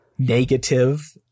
negative